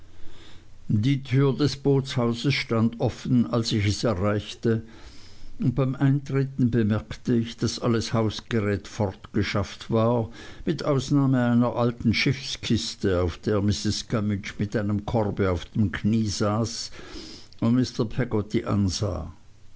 die tür des bootshauses stand offen als ich es erreichte und beim eintreten bemerkte ich daß alles hausgerät fortgeschafft war mit ausnahme einer alten schiffskiste auf der mrs gummidge mit einem korbe auf dem knie saß und mr peggotty ansah